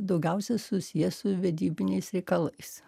daugiausiai susiję su vedybiniais reikalais